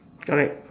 correct